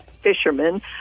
Fishermen